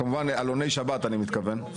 כמובן עלוני שבת אני מתכוון,